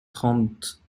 trente